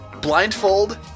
Blindfold